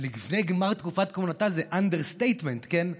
"לפני גמר תקופת כהונתה" זה אנדרסטייטמנט, כן?